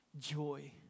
Joy